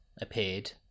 appeared